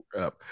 up